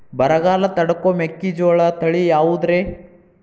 ಬರಗಾಲ ತಡಕೋ ಮೆಕ್ಕಿಜೋಳ ತಳಿಯಾವುದ್ರೇ?